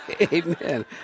Amen